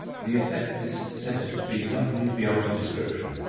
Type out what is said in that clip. the effect is said to be lovely beyond description.